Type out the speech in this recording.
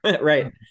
Right